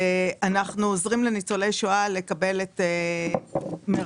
אנחנו עוזרים לניצולי שואה לקבל את מרב